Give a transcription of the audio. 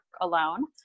alone